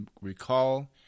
recall